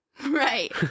Right